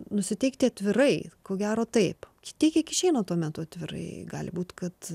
nusiteikti atvirai ko gero taip tiek kiek išeina tuo metu atvirai gali būti kad